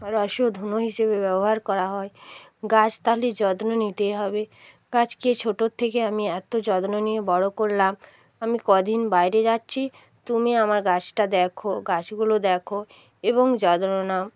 রসও ধুনো হিসেবে ব্যবহার করা হয় গাছ তাহলে যত্ন নিতেই হবে গাছকে ছোটোর থেকে আমি এতো যত্ন নিয়ে বড়ো করলাম আমি ক দিন বাইরে যাচ্ছি তুমি আমার গাছটা দেখো গাছগুলো দেখো এবং যত্ন নাও